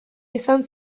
izan